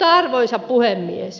arvoisa puhemies